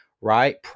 right